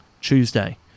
Tuesday